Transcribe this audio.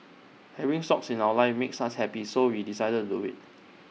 having socks in our lives makes us happy so we decided do IT